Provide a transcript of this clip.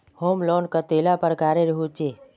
Home loan कतेला प्रकारेर होचे?